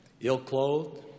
ill-clothed